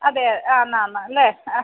അതെ ആന്നാന്നല്ലേ ആ